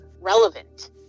relevant